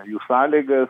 jų sąlygas